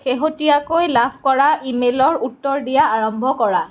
শেহতীয়াকৈ লাভ কৰা ইমেইলৰ উত্তৰ দিয়া আৰম্ভ কৰা